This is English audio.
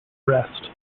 rest